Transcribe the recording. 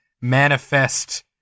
manifest